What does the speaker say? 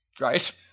Right